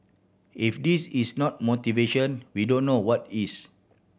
if this is not motivation we don't know what is